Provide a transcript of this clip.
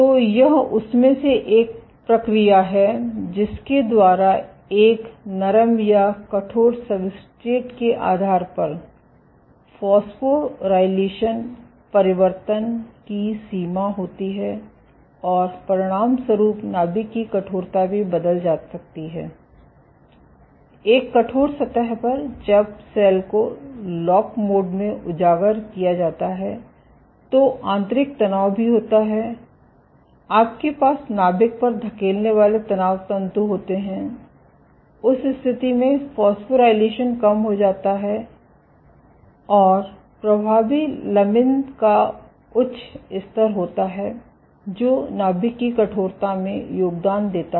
तो यह उसमें से एक प्रक्रिया है जिसके द्वारा एक नरम या कठोर सब्सट्रेट के आधार पर फास्फोराइलेशन परिवर्तन की सीमा होती है और परिणामस्वरूप नाभिक की कठोरता भी बदल सकती है एक कठोर सतह पर जब सेल को लॉक मोड में उजागर किया जाता है तो आंतरिक तनाव भी होता है आपके पास नाभिक पर धकेलने वाले तनाव तंतु होते हैं उस स्थिति में फास्फोराइलेशन कम हो जाता है और प्रभावी लमिन का उच्च स्तर होता है जो नाभिक की कठोरता में योगदान देता है